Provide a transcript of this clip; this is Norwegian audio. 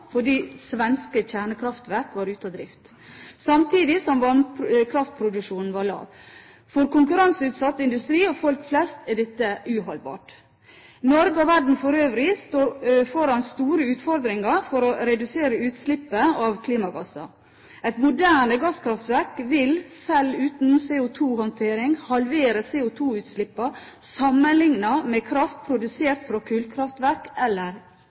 fordi svenske kjernekraftverk var ute av drift, samtidig som vannkraftproduksjonen var lav. For konkurranseutsatt industri og folk flest er dette uholdbart. Norge og verden for øvrig står foran store utfordringer for å redusere utslippet av klimagasser. Et moderne gasskraftverk vil sjøl uten CO2-håndtering halvere CO2-utslippene sammenlignet med kraft produsert fra kullkraftverk